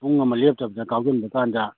ꯄꯨꯡ ꯑꯃ ꯂꯦꯞꯇꯕꯗ ꯀꯥꯎꯁꯤꯟꯕ ꯀꯥꯟꯗ